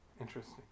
Interesting